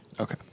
Okay